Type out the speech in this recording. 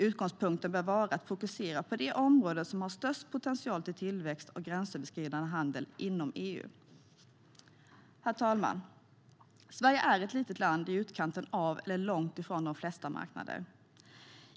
Utgångspunkten bör vara att fokusera på de områden som har störst potential för tillväxt och gränsöverskridande handel inom EU. Herr talman! Sverige är ett litet land i utkanten av eller långt ifrån de flesta marknader.